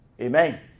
amen